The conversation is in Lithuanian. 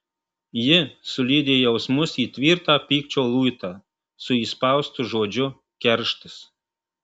ji sulydė jausmus į tvirtą pykčio luitą su įspaustu žodžiu kerštas